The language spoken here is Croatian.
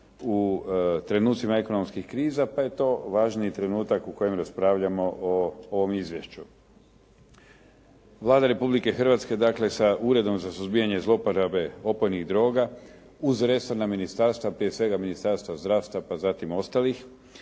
u trenucima ekonomskih kriza, pa je to važni trenutak u kojem raspravljamo o ovom izvješću. Vlada Republike Hrvatske sa Uredom za suzbijanje i zlouporabe opojnih droga uz resorna ministarstva prije svega Ministarstva zdravstva, zatim ostalih,